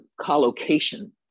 collocation